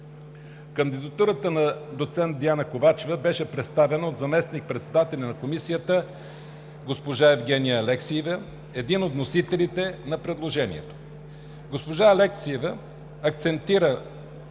Кандидатурата на доцент Диана Ковачева беше представена от заместник-председателя на Комисията госпожа Евгения Алексиева, един от вносителите на предложението. Госпожа Алексиева акцентира